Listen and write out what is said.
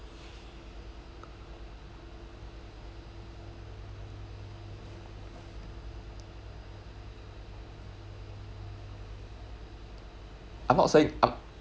I'm not saying I'm